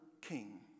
king